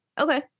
Okay